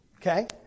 Okay